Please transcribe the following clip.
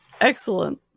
excellent